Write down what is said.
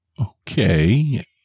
Okay